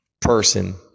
person